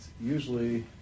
usually